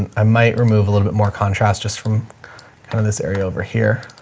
and i might remove a little bit more contrast just from kind of this area over here